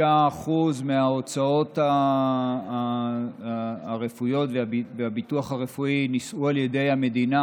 86% מההוצאות הרפואיות והביטוח הרפואי נישאו על ידי המדינה,